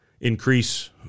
increase